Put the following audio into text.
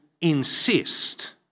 insist